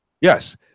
Yes